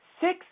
six